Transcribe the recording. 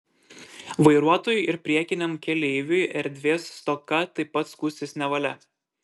vairuotojui ir priekiniam keleiviui erdvės stoka taip pat skųstis nevalia